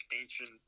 ancient